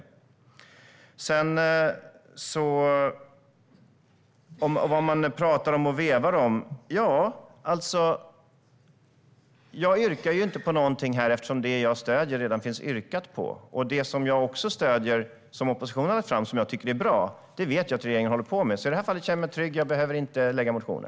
När det gäller vad man pratar om och vevar om - ja, jag yrkar inte på någonting här eftersom det jag stöder redan är yrkat på. Det som jag också stöder, som oppositionen har lagt fram och som jag tycker är bra vet jag att regeringen håller på med. I det här fallet känner jag mig därför trygg. Jag behöver inte väcka några motioner.